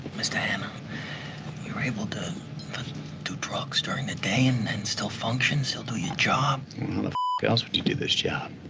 mister hanna you're able to do drugs during the day and then still function, still do your job. well, how the else would you do this job?